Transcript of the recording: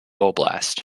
oblast